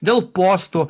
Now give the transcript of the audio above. dėl postų